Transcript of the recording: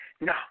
No